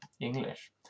English